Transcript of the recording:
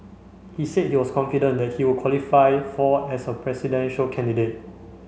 he said he was confident that he would qualify for as a presidential candidate